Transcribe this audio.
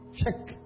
check